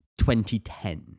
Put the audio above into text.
2010